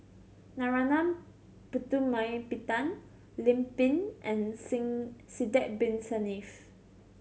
Narana Putumaippittan Lim Pin and Sidek Bin Saniff